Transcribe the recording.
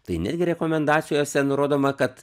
tai netgi rekomendacijose nurodoma kad